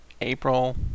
April